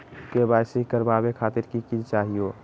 KYC करवावे खातीर कि कि चाहियो?